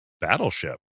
battleship